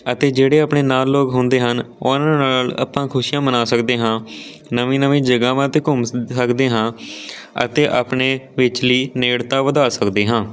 ਅਤੇ ਜਿਹੜੇ ਆਪਣੇ ਨਾਲ ਲੋਕ ਹੁੰਦੇ ਹਨ ਉਹਨਾਂ ਨਾਲ ਆਪਾਂ ਖੁਸ਼ੀਆਂ ਮਨਾ ਸਕਦੇ ਹਾਂ ਨਵੀਂ ਨਵੀਂ ਜਗ੍ਹਾਵਾਂ 'ਤੇ ਘੁੰਮ ਸ ਸਕਦੇ ਹਾਂ ਅਤੇ ਆਪਣੇ ਵਿਚਲੀ ਨੇੜਤਾ ਵਧਾ ਸਕਦੇ ਹਾਂ